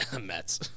Mets